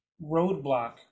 roadblock